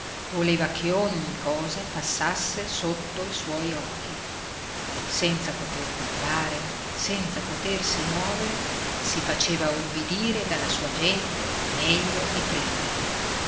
voleva che ogni cosa passasse sotto i suoi occhi senza poter parlare senza potersi muovere si faceva ubbidire dalla sua gente meglio di prima